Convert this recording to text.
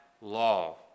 law